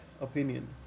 opinion